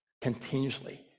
continuously